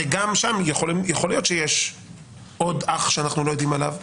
הרי גם שם יכול להיות שיש עוד אח שאנחנו לא יודעים עליו,